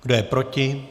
Kdo je proti?